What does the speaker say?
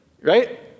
right